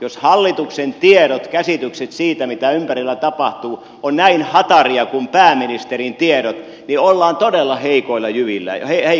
jos hallituksen tiedot käsitykset siitä mitä ympärillä tapahtuu ovat näin hataria kuin pääministerin tiedot niin ollaan todella heikoilla jäillä